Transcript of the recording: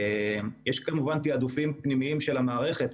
יש כמובן תעדופים פנימיים של המערכת,